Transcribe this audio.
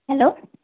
hello